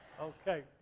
Okay